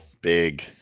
big